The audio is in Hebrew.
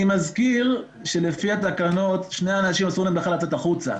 אני מזכיר שלפי התקנות שני אנשים אסור להם בכלל לצאת החוצה,